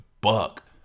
buck